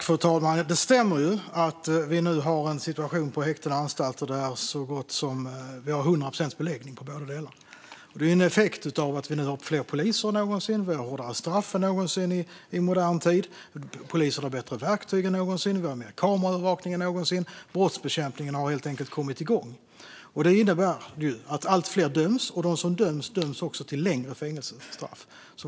Fru talman! Ja, det stämmer att vi nu har en situation med så gott som hundra procents beläggning på både häkten och anstalter. Det är en effekt av att vi nu har fler poliser än någonsin, att vi har hårdare straff någonsin i modern tid, att polisen har bättre verktyg än någonsin och att vi har mer kameraövervakning än någonsin. Brottsbekämpningen har helt enkelt kommit igång. Det innebär att allt fler döms och att de som döms också döms till längre fängelsestraff.